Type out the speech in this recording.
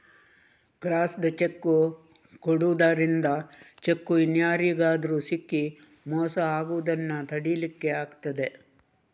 crossed cheque ಕೊಡುದರಿಂದ cheque ಇನ್ಯಾರಿಗಾದ್ರೂ ಸಿಕ್ಕಿ ಮೋಸ ಆಗುದನ್ನ ತಡೀಲಿಕ್ಕೆ ಆಗ್ತದೆ